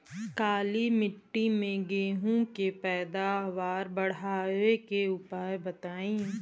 काली मिट्टी में गेहूँ के पैदावार बढ़ावे के उपाय बताई?